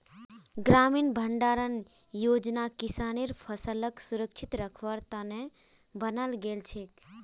ग्रामीण भंडारण योजना किसानेर फसलक सुरक्षित रखवार त न बनाल गेल छेक